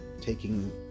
taking